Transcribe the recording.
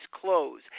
clothes